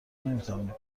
نمیتوانیم